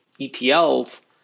ETLs